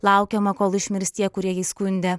laukiama kol išmirs tie kurie jį skundė